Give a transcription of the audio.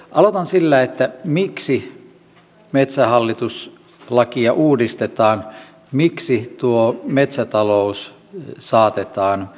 aloitan sillä miksi metsähallitus lakia uudistetaan miksi metsätalous saatetaan yhtiömuotoon